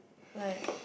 like